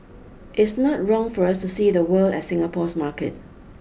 it's not wrong for us to see the world as Singapore's market